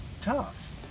tough